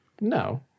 No